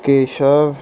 Keshav